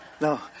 No